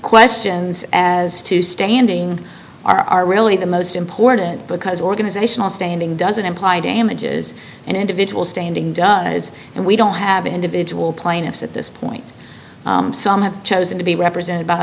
questions as to standing are really the most important because organizational standing doesn't imply damages and individual standing does and we don't have individual plaintiffs at this point some have chosen to be represented by